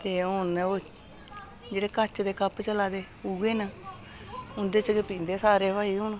ते हून ओह् जेह्ड़े कच्च दे कप्प चला दे उऐ न उंदे च गै पींदे सारे भाई हून